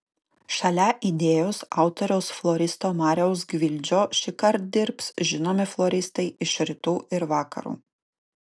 šalia idėjos autoriaus floristo mariaus gvildžio šįkart dirbs žinomi floristai iš rytų ir vakarų